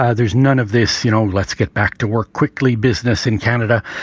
ah there's none of this, you know let's get back to work quickly business in canada.